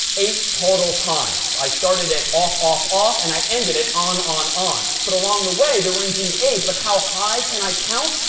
eight total times. i started at off, off, off, and i ended at on, on, on. but along the way, there were, indeed, eight. but how high can i count?